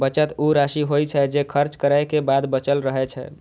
बचत ऊ राशि होइ छै, जे खर्च करै के बाद बचल रहै छै